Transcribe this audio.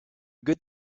good